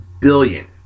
billion